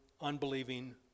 unbelieving